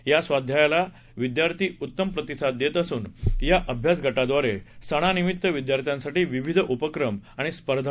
या स्वाध्यायाला विद्यार्थी उत्तम प्रतिसाद देत असून या अभ्यासगटाद्वारे सणानिमित्त विद्यार्थ्यांसाठी विविध उपक्रम आणि स्पर्धांचं आयोजनही केलं जात आहे